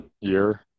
year